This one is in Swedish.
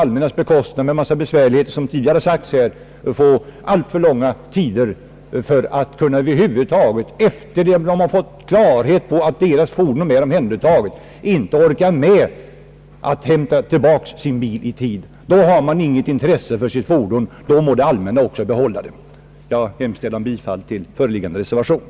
allmännas bekostnad — med en massa besvärligheter som det tidigare sagts — få alltför lång tid på sig efter det att de fått klarhet i att deras fordon är omhändertaget. De måste hämta tillbaka sin bil i tid. Har de inget intresse för sina fordon, då må det allmänna också behålla dem. Jag hemställer om bifall till reservationen.